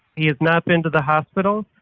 he has not been to the hospital.